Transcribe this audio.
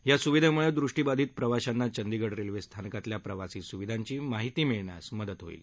या सुविधेमुळे दृष्टीबाधित प्रवाशांना चंडीगढ रेल्वे स्थानकातल्या प्रवासी सुविधांची माहिती होण्यास मदत होणार आहे